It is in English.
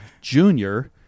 junior